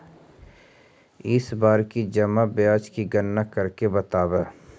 इस बार की जमा ब्याज की गणना करके बतावा